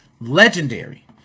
Legendary